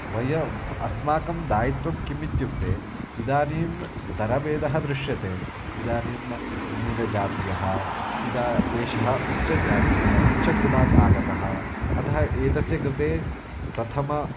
वयम् अस्माकं दायित्वं किम् इत्युक्ते इदानीं स्तरभेदः दृश्यते इदानीं न्यूनजातीयः इदा एषः उच्चजातीयः उच्च कुलात् आगतः अतः एतस्य कृते प्रथमम्